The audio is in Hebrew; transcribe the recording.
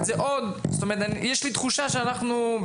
אז את זה עוד - יש לי תחושה שאנחנו ---.